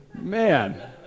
Man